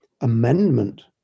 amendment